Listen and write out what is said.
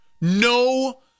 No